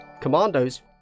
commandos